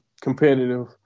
competitive